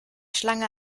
schlange